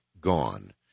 gone